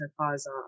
cause